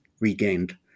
regained